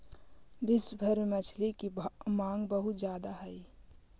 विश्व भर में मछली की मांग बहुत ज्यादा हई